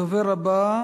הדובר הבא,